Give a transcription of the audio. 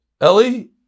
Ellie